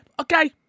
okay